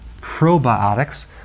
probiotics